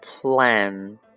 PLAN